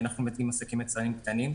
יצרנים קטנים,